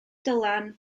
dylan